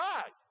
God